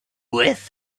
with